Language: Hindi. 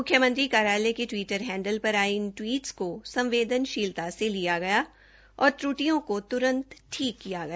मुख्यमंत्री कार्यालय के ट्विटर हैंडल पर आए इन ट्वीटस को संवेदनशीलता से लिया गया और त्र्टियों को तुरंत ठीक किया गया